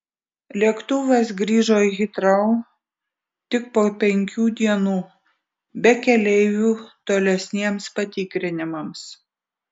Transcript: lėktuvas grįžo į hitrou tik po penkių dienų be keleivių tolesniems patikrinimams